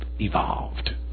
evolved